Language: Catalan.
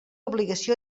obligació